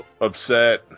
upset